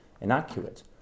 inaccurate